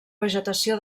vegetació